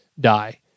die